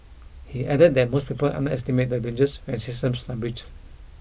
he added that most people underestimate the dangers when systems breach